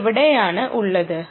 key എവിടെയാണ് ഉള്ളത്